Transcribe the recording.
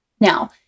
Now